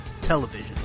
Television